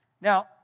Now